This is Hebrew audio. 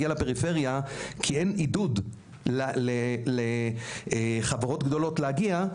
לפריפריה כי אין עידוד לחברות גדולות להגיע,